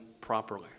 properly